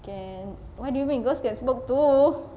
can what do you mean girls can smoke too